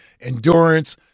endurance